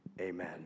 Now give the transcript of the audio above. Amen